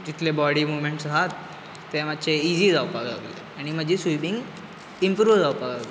जितले body movements आहात ते मात्शे इजी जावपाक लागले आनी म्हाजी स्विमिंग इम्प्रुव जावपाक लागली